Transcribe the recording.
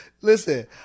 Listen